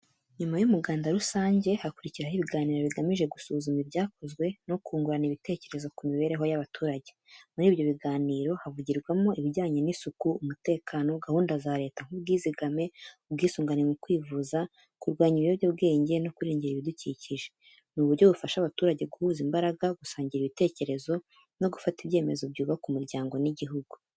Nyuma y’umuganda rusange, hakurikiraho ibiganiro bigamije gusuzuma ibyakozwe no kungurana ibitekerezo ku mibereho y’abaturage. Muri ibyo biganiro havugirwamo ibijyanye n’isuku, umutekano, gahunda za Leta nk’ubwizigame, ubwisungane mu kwivuza, kurwanya ibiyobyabwenge no kurengera ibidukikije. Ni uburyo bufasha abaturage guhuza imbaraga, gusangira ibitekerezo no gufata ibyemezo byubaka umuryango n’igihugu.